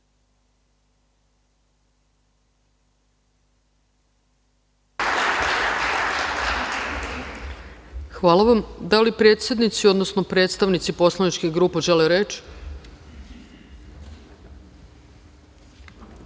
Hvala. Da li predsednici, odnosno predstavnici poslaničkih grupa žele reč? Reč ima